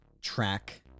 track